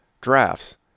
drafts